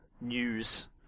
news